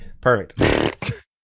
Perfect